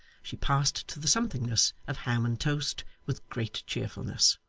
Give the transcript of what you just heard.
she passed to the somethingness of ham and toast with great cheerfulness.